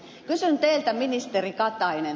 kysyn teiltä ministeri katainen